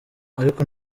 ariko